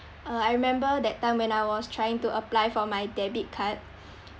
uh I remember that time when I was trying to apply for my debit card